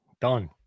done